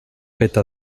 feta